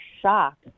shock